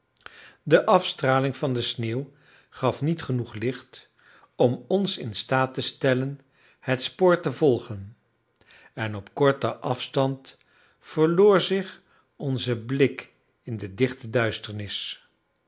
de afstraling van de sneeuw gaf niet genoeg licht om ons in staat te stellen het spoor te volgen en op korten afstand verloor zich onze blik in de dichte duisternis